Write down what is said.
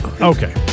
okay